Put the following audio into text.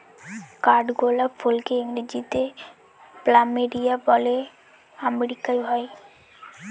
কাঠগোলাপ ফুলকে ইংরেজিতে প্ল্যামেরিয়া বলে আমেরিকায় হয়